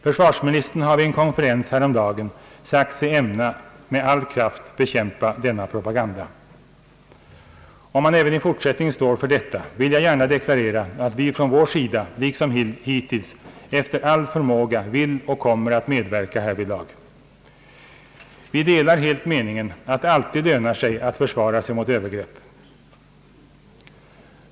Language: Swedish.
Försvarsministern har vid en konferens häromdagen sagt sig ämna med all kraft bekämpa denna propaganda. Om han även i fortsättningen står för detta, vill jag gärna deklarera, att vi från vår sida liksom hittills efter all förmåga vill och kommer att medverka härvidlag. Vi delar helt meningen, att det alltid lönar sig att försvara sig mot övergrepp.